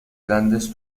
grandes